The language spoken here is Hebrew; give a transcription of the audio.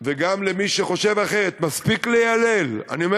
וגם למי שחושב אחרת: מספיק ליילל.